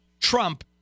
Trump